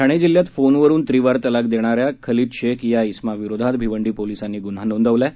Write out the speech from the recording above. ठाणे जिल्ह्यात फोनवरून त्रीवार तलाक देणाऱ्या खलिद शेख या इसमा विरोधात भिवंडी पोलिसांनी ग्न्हा नोंदवला आहे